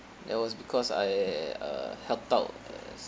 that was because I uh helped out as